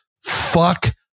fuck